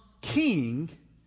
king